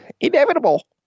Inevitable